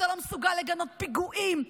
אתה לא מסוגל לגנות פיגועים.